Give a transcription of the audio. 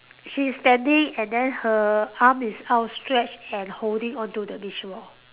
she's standing and then her arm is out stretch and holding onto the beach ball